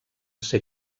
ser